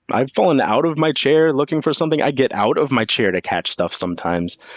i've fallen out of my chair looking for something. i get out of my chair to catch stuff sometimes.